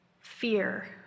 fear